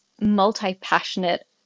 multi-passionate